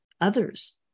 others